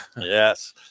Yes